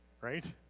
Right